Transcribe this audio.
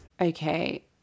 Okay